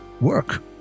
work